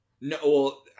No